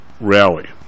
rally